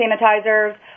sanitizers